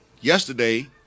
yesterday